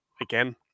again